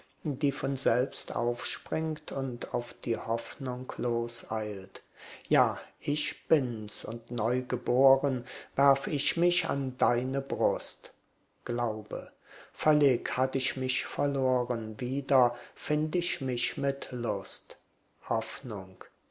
die von selbst aufspringt und auf die hoffnung loseilt ja ich bin's und neugeboren werf ich mich an deine brust glaube völlig hatt ich mich verloren wieder find ich mich mit lust hoffnung